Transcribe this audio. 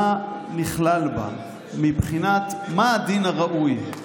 מה נכלל בה מבחינת הדין הראוי?